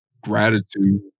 gratitude